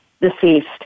Deceased